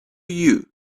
you